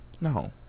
No